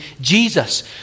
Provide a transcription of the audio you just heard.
Jesus